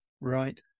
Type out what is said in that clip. Right